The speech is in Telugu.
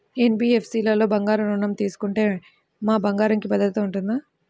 ఎన్.బీ.ఎఫ్.సి లలో బంగారు ఋణం తీసుకుంటే మా బంగారంకి భద్రత ఉంటుందా?